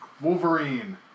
Wolverine